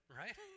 right